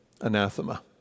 Anathema